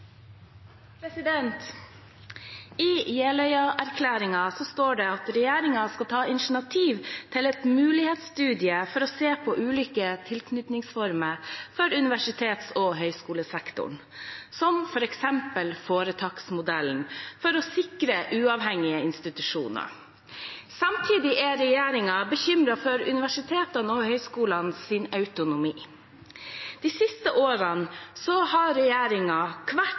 hovedspørsmål. I Jeløya-erklæringen står det at regjeringen skal ta «initiativ til en mulighetsstudie for å se på ulike tilknytningsformer for universitets- og høyskolesektoren, som for eksempel foretaksmodellen, for å sikre mer uavhengige institusjoner». Samtidig er regjeringen bekymret for universitetene og høyskolenes autonomi. De siste årene har regjeringen hvert